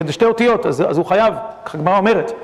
זה שתי אותיות, אז הוא חייב, ככה הגמרא אומרת.